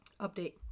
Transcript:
Update